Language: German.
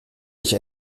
ich